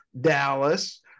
Dallas